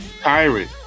tyrant